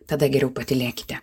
tada geriau patylėkite